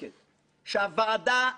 ההתנהלות הפנימית